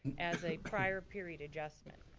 as a prior period adjustment.